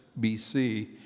BC